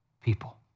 people